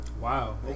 Wow